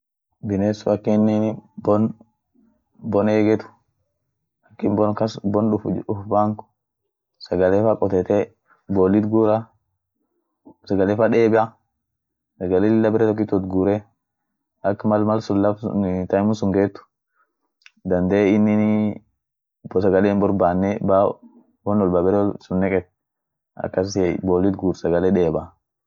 biness sun akinin bon bon eget akin bon kas bon uf-ufpang sagale fa kotete bollit gura, sagale fa deeba, sagale lilla baretokit wotgure ak mal malsun laf sunii taimu sun geet dandee ininii sagale himborbane ba won wolba baresun neqet akasiey bollit gur sagale deeba.